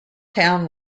town